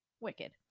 Wicked